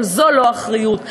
אבל זו לא אחריות.